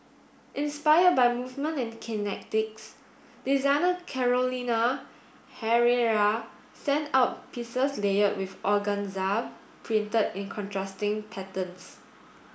inspired by movement and kinetics designer Carolina Herrera sent out pieces layered with organza print in contrasting patterns